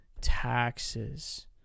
taxes